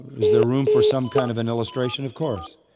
is there room for some kind of an illustration? of course.